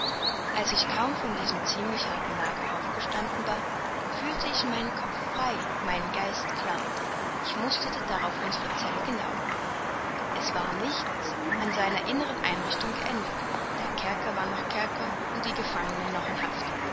als ich kaum von diesem ziemlich harten lager aufgestanden war fühlte ich meinen kopf frei meinen geist klar ich musterte darauf unsere zelle genau es war nichts an seiner innern einrichtung geändert der kerker war noch kerker und die gefangenen noch in haft